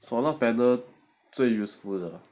solar panel so useful